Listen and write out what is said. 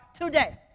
today